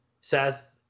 Seth